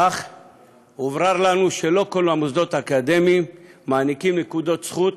אך הוברר לנו שלא כל המוסדות האקדמיים מעניקים נקודות זכות